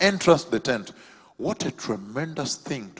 end trust the tent what a tremendous thing